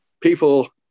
People